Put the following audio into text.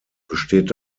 besteht